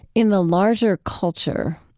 in the larger culture,